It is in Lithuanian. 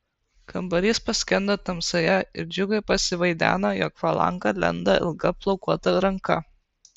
kambarys paskendo tamsoje ir džiugui pasivaideno jog pro langą lenda ilga plaukuota ranka